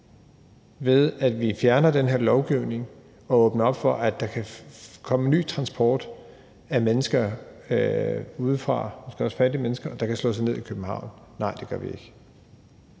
ved at vi fjerner den her lovgivning og åbner op for, at der kan komme ny transport af mennesker udefra, måske også fattige mennesker, der kan slå sig ned i København? Nej, det gør vi ikke.